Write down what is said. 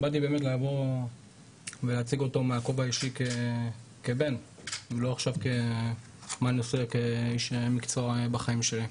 באתי באמת להציג אותו מהכובע האישי כבן ולא עכשיו כאיש מקצוע בחיים שלי.